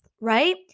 right